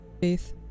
Faith